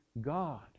God